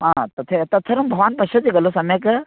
आ तथा तत्सर्वं भवान् पश्यति खलु सम्यक्